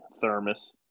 Thermos